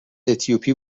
اتیوپی